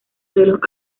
suelos